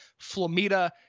Flamita